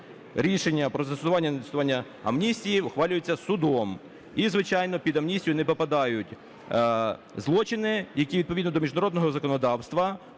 або незастосування амністії ухвалюється судом. І, звичайно, під амністію не попадають злочини, які відповідно до міжнародного законодавства,